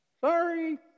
Sorry